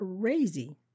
crazy